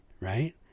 Right